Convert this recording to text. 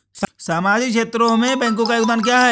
सामाजिक क्षेत्र में बैंकों का योगदान क्या है?